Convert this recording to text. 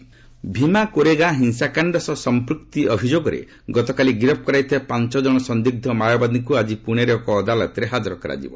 ଭିମା କୋରେଗାଁ ଭିମାକୋରେଗାଁ ହିଂସାକାଣ୍ଡ ସହ ସଂପୃକ୍ତି ଅଭିଯୋଗରେ ଗତକାଲି ଗିରଫ୍ କରାଯାଇଥିବା ପାଞ୍ଚଜଣ ସନ୍ଦିଗ୍ର ମାଓବାଦୀଙ୍କୁ ଆଜି ପୁଣେର ଏକ ଅଦାଲତରେ ହାଜର କରାଯିବ